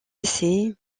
essais